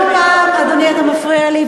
עכשיו אראל מרגלית בא לי.